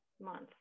month